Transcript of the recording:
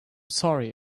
sorry